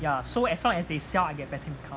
ya so as long as they sell I get passive income